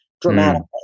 dramatically